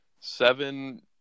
seven